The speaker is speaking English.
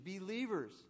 believers